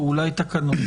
או אולי את התקנות.